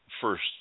first